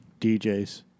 DJs